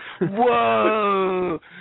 Whoa